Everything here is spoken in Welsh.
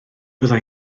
bydda